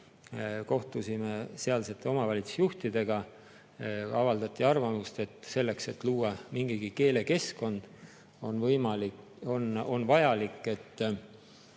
kohtusime sealsete omavalitsusjuhtidega. Seal avaldati arvamust, et selleks, et luua mingigi keelekeskkond, on vajalik, et